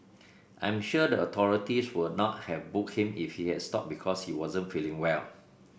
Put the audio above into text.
I'm sure the authorities would not have booked him if he had stopped because he wasn't feeling well